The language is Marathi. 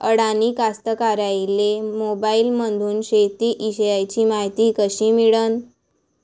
अडानी कास्तकाराइले मोबाईलमंदून शेती इषयीची मायती कशी मिळन?